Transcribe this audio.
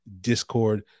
discord